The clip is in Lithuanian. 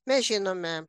mes žinome